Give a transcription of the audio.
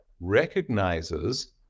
recognizes